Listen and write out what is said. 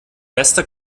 bester